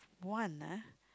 one ah